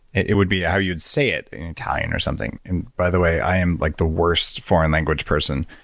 it would be how you'd say it in italian or something and by the way, i am like the worst foreign language person.